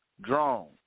Drone